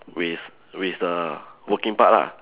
with with the working part lah